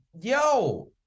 Yo